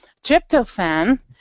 tryptophan